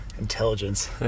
intelligence